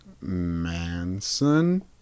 Manson